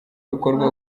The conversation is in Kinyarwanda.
bikorwa